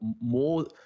more